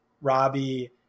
Robbie